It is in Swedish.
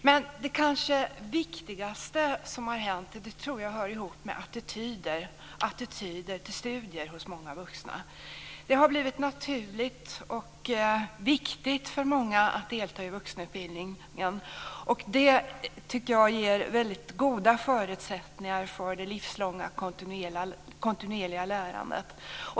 Men det kanske viktigaste som har hänt, och det tror jag hänger ihop med attityder till studier hos många vuxna, är att det har blivit naturligt och viktigt för många att delta i vuxenutbildningen. Det tycker jag ger goda förutsättningar för det livslånga kontinuerliga lärandet.